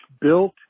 built